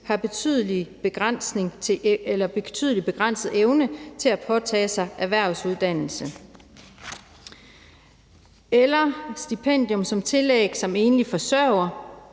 har en betydelig begrænset evne til at påtage sig erhvervsuddannelse, eller stipendium som tillæg som enlig forsørger.